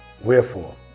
Wherefore